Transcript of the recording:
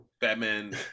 Batman